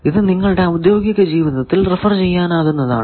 ഇത് നിങ്ങളുടെ ഔദ്യോഗിക ജീവിതത്തിൽ റെഫർ ചെയ്യാനാകുന്നതാണ്